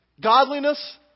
Godliness